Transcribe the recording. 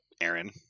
Aaron